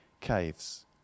caves